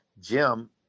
jim